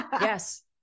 yes